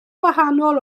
wahanol